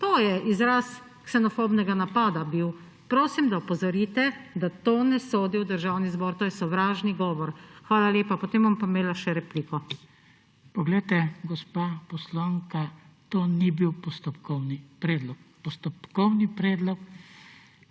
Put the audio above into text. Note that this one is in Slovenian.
To je bil izraz ksenofobnega napada. Prosim, da opozorite, da to ne sodi v Državni zbor. To je sovražni govor. Hvala lepa. Potem bom pa imela še repliko. PODPREDSEDNIK BRANKO SIMONOVIČ: Gospa poslanka, to ni bil postopkovni predlog. Postopkovni predlog